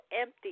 empty